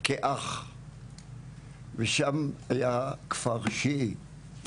שם היה כפר שיעי,